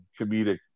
comedic